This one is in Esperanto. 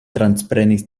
transprenis